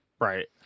Right